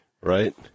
right